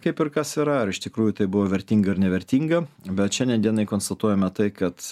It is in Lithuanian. kaip ir kas yra ar iš tikrųjų tai buvo vertinga ar nevertinga bet šiandien dienai konstatuojame tai kad